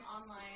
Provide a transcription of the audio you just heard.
online